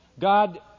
God